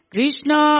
Krishna